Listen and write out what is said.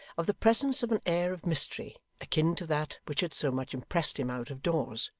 of the presence of an air of mystery, akin to that which had so much impressed him out of doors.